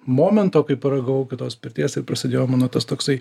momento kai paragavau kitos pirties ir prasidėjo mano tas toksai